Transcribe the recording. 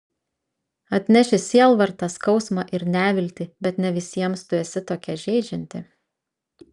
atneši sielvartą skausmą ir neviltį bet ne visiems tu esi tokia žeidžianti